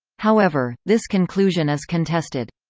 however, this conclusion is contested.